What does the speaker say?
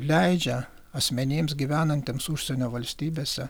leidžia asmenims gyvenantiems užsienio valstybėse